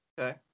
Okay